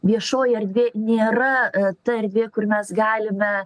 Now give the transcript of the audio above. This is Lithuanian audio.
viešoji erdvė nėra ta erdvė kur mes galime